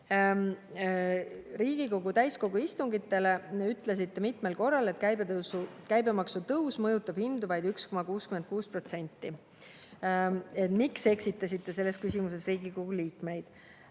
"Riigikogu täiskogu istungitel [ütlesite] mitmel korral, et käibemaksu tõus mõjutab hindu vaid 1,66%. Miks eksitasite selles küsimuses Riigikogu liikmeid